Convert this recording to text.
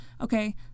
Okay